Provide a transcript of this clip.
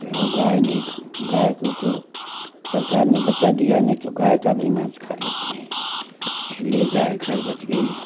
और गाय नहीं गाय को तो सरकार ने बचा दिया नहीं तो गाय का भी मांस भी खा लेते हैं इसलिए गाय खैर बच गई